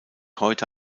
heute